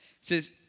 says